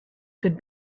could